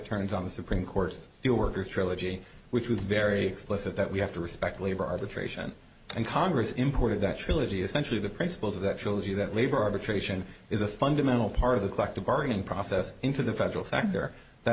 turns on the supreme court's steelworkers trilogy which was very explicit that we have to respect labor arbitration and congress imported that trilogy essentially the principles of that shows you that labor arbitration is a fundamental part of the collective bargaining process into the federal sector that